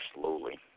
slowly